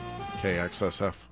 KXSF